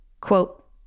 Quote